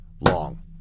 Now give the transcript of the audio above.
long